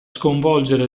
sconvolgere